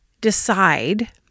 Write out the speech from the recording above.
decide